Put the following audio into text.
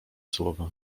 słowa